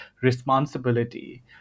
responsibility